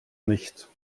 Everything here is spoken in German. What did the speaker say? nicht